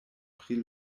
pri